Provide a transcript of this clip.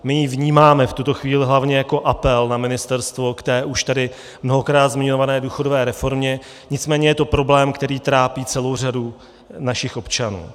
My ji vnímáme v tuto chvíli hlavně jako apel na ministerstvo k té už tady mnohokrát zmiňované důchodové reformě, nicméně je to problém, který trápí celou řadu našich občanů.